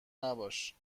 نباش